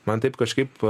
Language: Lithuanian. man taip kažkaip